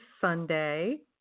Sunday